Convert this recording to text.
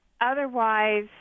Otherwise